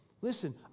Listen